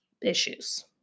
issues